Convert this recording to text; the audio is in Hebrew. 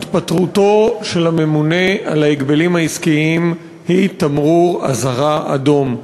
התפטרותו של הממונה על ההגבלים העסקיים היא תמרור אזהרה אדום,